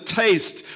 taste